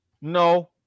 No